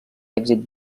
èxit